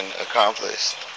accomplished